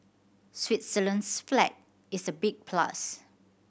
Switzerland's flag is a big plus